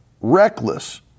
reckless